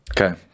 Okay